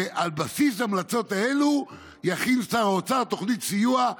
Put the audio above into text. ועל בסיסן של ההמלצות יכין שר האוצר תוכנית סיוע,